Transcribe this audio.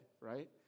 right